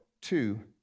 two